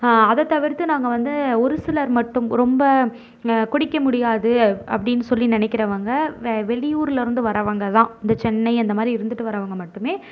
அதை தவிர்த்து நாங்கள் வந்து ஒரு சிலர் மட்டும் ரொம்ப குடிக்க முடியாது அப்படின்னு சொல்லி நினைக்குறவுங்க வெளி ஊரில் இருந்து வரவங்க தான் இந்த சென்னை அந்தமாதிரி இருந்துட்டு வரவங்க மட்டுமே